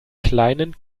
kleinen